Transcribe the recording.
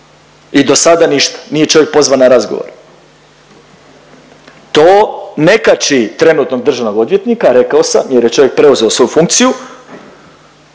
i dosada ništa, nije čovjek pozvan na razgovor. To ne kači trenutnog državnog odvjetnika rekao sam jer je čovjek preuzeo svoju funkciju,